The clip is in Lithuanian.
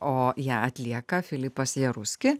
o ją atlieka filipas jeruski